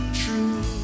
true